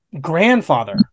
grandfather